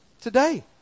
Today